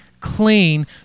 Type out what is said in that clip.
clean